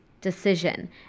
decision